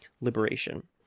liberation